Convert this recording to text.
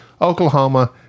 Oklahoma